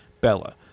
Bella